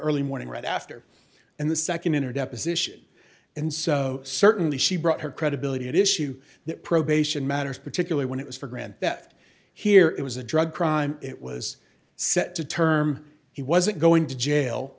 early morning right after and the nd in her deposition and so certainly she brought her credibility at issue that probation matters particularly when it was for grand theft here it was a drug crime it was set to term he wasn't going to jail